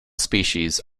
species